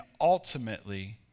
ultimately